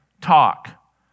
talk